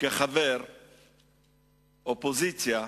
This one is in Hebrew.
כחבר האופוזיציה,